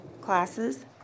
classes